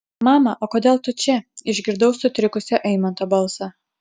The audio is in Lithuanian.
mama o kodėl tu čia išgirdau sutrikusio eimanto balsą